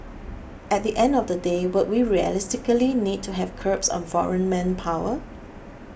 at the end of the day would we realistically need to have curbs on foreign manpower